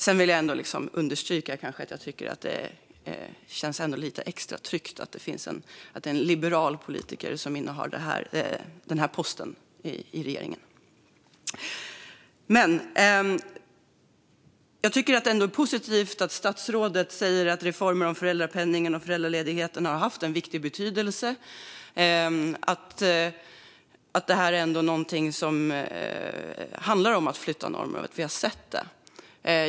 Sedan vill jag kanske understryka att jag tycker att det känns lite extra tryggt att det är en liberal politiker som innehar denna post i regeringen. Jag tycker att det är positivt att statsrådet säger att reformen av föräldrapenningen och föräldraledigheten har haft en viktig betydelse, att det är något som handlar om att flytta normer. Vi har sett det.